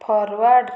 forward